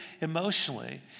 emotionally